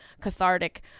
cathartic